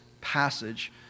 passage